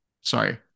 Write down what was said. sorry